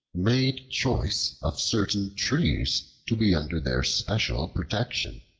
made choice of certain trees to be under their special protection.